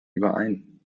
überein